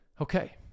Okay